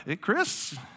Chris